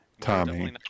Tommy